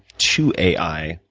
to ai,